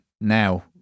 now